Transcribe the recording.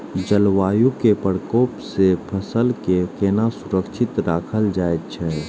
जलवायु के प्रकोप से फसल के केना सुरक्षित राखल जाय छै?